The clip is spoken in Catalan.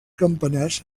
campanars